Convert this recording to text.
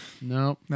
No